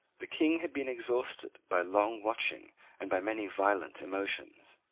the king had been exhausted by long watching and by many violent emotions.